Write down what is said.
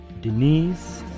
Denise